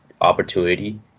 opportunity